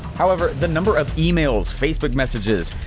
however the number of emails, facebook messages,